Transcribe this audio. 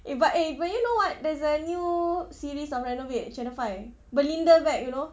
eh but eh but you know what there's a new series of renovaid channel five belinda back you know